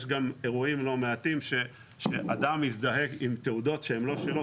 יש גם אירועים לא מעטים שאדם מזדהה עם תעודות שהן לא שלו,